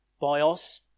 bios